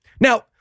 Now